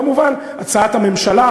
כמובן הצעת הממשלה,